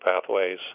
pathways